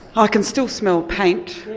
i can still smell paint.